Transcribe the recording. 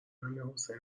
امیرحسین